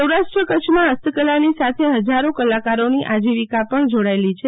સૌરાષ્ટ્ર કચ્છમાં ફસ્તકલાની સાથે ફજારો કલાકારોની આજીવિકા પણ જોડાયેલી છે